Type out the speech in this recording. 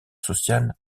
social